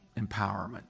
empowerment